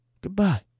Goodbye